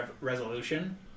resolution